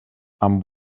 amb